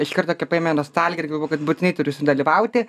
iškart tokia paėmė nostalgija ir galvojau kad būtinai turiu sudalyvauti